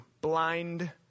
blind